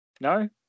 No